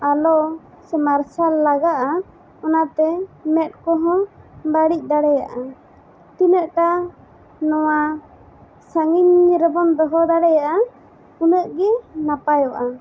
ᱟᱞᱚ ᱥᱮ ᱢᱟᱨᱥᱟᱞ ᱞᱟᱜᱟᱜᱼᱟ ᱚᱱᱟᱛᱮ ᱢᱮᱫ ᱠᱚᱦᱚᱸ ᱵᱟᱹᱲᱤᱡ ᱫᱟᱲᱮᱭᱟᱜᱼᱟ ᱛᱤᱱᱟᱹᱜ ᱴᱟᱜ ᱱᱚᱣᱟ ᱥᱟᱺᱜᱤᱧ ᱨᱮᱵᱚᱱ ᱫᱚᱦᱚ ᱫᱟᱲᱮᱭᱟᱜᱼᱟ ᱩᱱᱟᱹᱜ ᱜᱮ ᱱᱟᱯᱟᱭᱚᱜᱼᱟ